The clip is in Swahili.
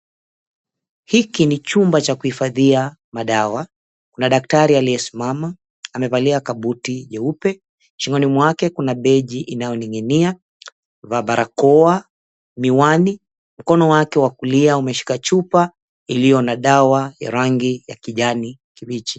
Hiki ni chumba cha kuhifadhia madawa, kuna daktari aliyesimama amevalia kabuti jeupe. Shingoni mwake kuna begi inayoning'inia, amevaa barakoa, miwani, mkono wake wa kulia umeshika chupa iliyo na dawa ya rangi ya kijani kibichi.